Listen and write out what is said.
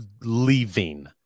leaving